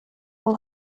will